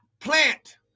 plant